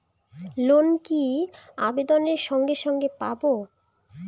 Loan কি আবেদনের সঙ্গে সঙ্গে পাব?